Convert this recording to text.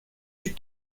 you